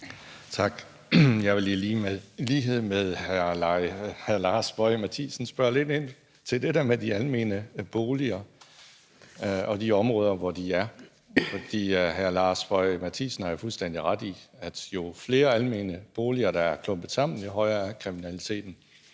Tak. Jeg vil i lighed med hr. Lars Boje Mathiesen spørge lidt ind til det der med de almene boliger og de områder, hvor de er. For hr. Lars Boje Mathiesen har jo fuldstændig ret i, at jo flere almene boliger der er klumpet sammen, jo højere er kriminaliteten.